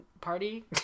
party